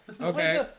Okay